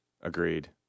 Agreed